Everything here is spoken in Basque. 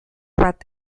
bat